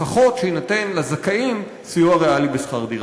לפחות שיינתן לזכאים סיוע ריאלי בשכר דירה.